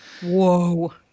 Whoa